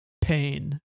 pain